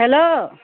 hello